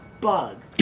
bug